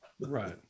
right